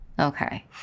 Okay